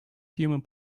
human